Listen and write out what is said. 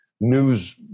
news